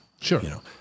Sure